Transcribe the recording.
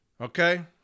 Okay